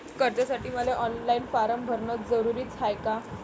कर्जासाठी मले online form भरन जरुरीच हाय का?